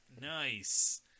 Nice